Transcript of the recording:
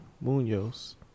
Munoz